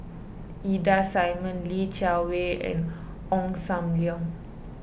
Ida Simmons Li Jiawei and Ong Sam Leong